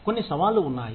కొన్ని సవాళ్లు ఉన్నాయి